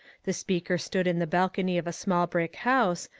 the speaker stood in the balcony of a small brick house,